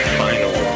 final